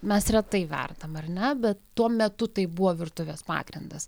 mes retai verdam ar ne bet tuo metu tai buvo virtuvės pagrindas